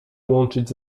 łączyć